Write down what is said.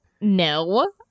No